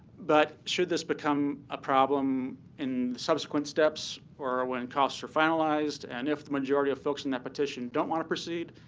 but should this become a problem in subsequent steps or ah when costs are finalized, and if the majority of folks in that petition don't want to proceed,